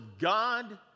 God